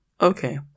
okay